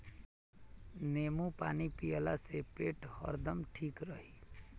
नेबू पानी पियला से पेट हरदम ठीक रही